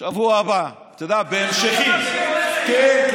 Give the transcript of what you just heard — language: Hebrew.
מה זה קשור למה, אה, זה שבוע הבא?